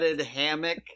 hammock